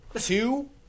two